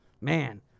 man